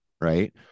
Right